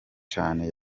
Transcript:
cane